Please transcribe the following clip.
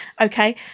okay